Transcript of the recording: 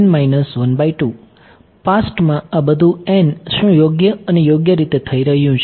પાસ્ટમાં આ બધું n શું યોગ્ય અને યોગ્ય રીતે થઈ રહ્યું છે